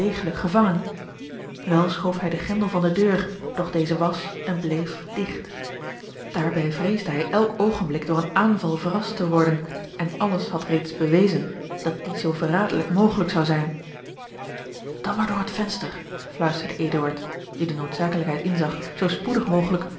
gevangen wel schoof hij den grendel van de deur doch deze was en bleef digt daarbij vreesde hij elk oogenblik door een aanval verrast te worden en alles had reeds bewezen dat die zoo verraderlijk mogelijk zou zijn dan maar door het venster fluisterde eduard die de noodzakelijkheid inzag zoo spoedig mogelijk